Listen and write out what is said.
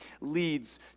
leads